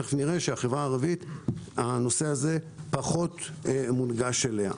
תיכף נראה שבחברה הערבית הנושא הזה פחות מונגש אליה.